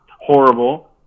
horrible